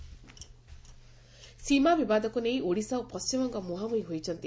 ସୀମା ବିବାଦ ସୀମା ବିବାଦକୁ ନେଇ ଓଡ଼ିଶା ଓ ପଣିମବଙ୍ଗ ମୁହାଁମୁହିଁ ହୋଇଛନ୍ତି